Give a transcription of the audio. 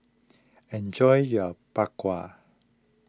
enjoy your Bak Kwa